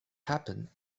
happened